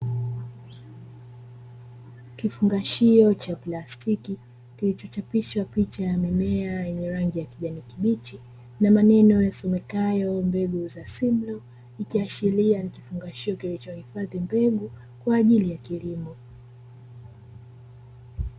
Kifungashio cha plastiki kilichochapishwa picha ya mimea yenye rangi ya kijani kibichi, na maneno yasomekayo mbegu za simlo, ikiashiria ni kifungashio kilichohifadhi mbegu kwa ajili ya kilimo.